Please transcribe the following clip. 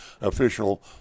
official